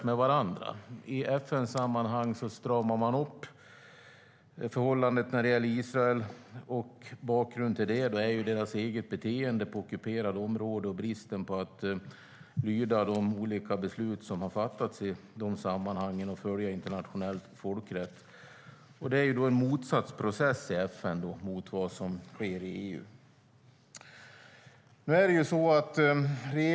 I EU-sammanhang stramar man upp förhållandet till Israel, och bakgrunden är landets beteende på ockuperat område och bristen på att följa de olika beslut som har fattats och internationell folkrätt. Processen i EU är alltså motsatt mot den som sker i FN.